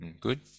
Good